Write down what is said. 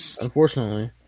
Unfortunately